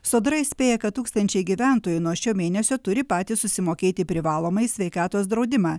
sodra įspėja kad tūkstančiai gyventojų nuo šio mėnesio turi patys susimokėti privalomąjį sveikatos draudimą